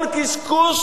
כל קשקוש,